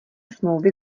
smlouvy